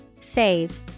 Save